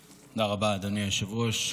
רבה, אדוני היושב-ראש.